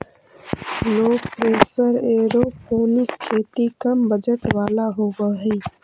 लो pressure aeroponic खेती कम budget वाला होव हई